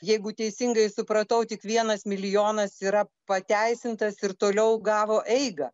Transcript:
jeigu teisingai supratau tik vienas milijonas yra pateisintas ir toliau gavo eigą